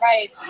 Right